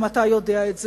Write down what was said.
גם אתה יודע את זה.